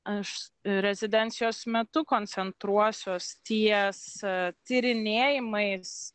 aš rezidencijos metu koncentruosiuos ties tyrinėjimais